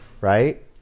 right